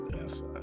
Yes